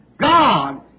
God